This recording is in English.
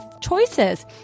choices